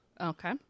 Okay